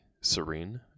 serene